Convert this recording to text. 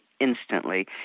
instantly